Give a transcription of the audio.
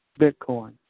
Bitcoin